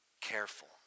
careful